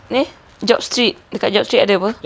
ni job street dekat job street ada apa